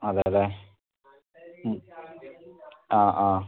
അതേയല്ലേ ഉം ആ ആ